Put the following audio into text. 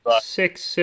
six